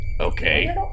Okay